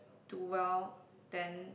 do well then